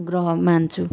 ग्रह मान्छु